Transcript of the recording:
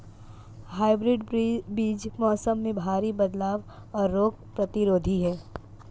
hybrid बीज मौसम में भारी बदलाव और रोग प्रतिरोधी हैं